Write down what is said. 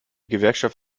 gewerkschaft